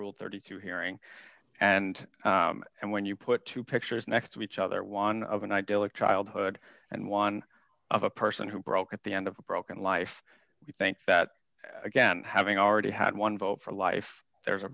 rule thirty two hearing and and when you put two pictures next to each other one of an idyllic childhood and one of a person who broke at the end of a broken life you think that again having already had one vote for life there's a